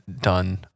done